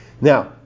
Now